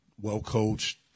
well-coached